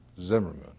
Zimmerman